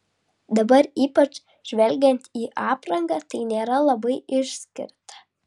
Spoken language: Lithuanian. dabar ypač žvelgiant į aprangą tai nėra labai išskirta